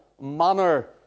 manner